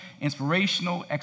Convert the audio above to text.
inspirational